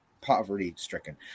poverty-stricken